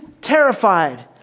terrified